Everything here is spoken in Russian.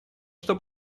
что